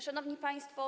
Szanowni Państwo!